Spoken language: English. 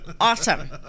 Awesome